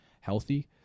healthy